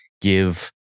give